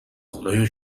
خدایا